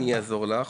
אז אני אעזור לך.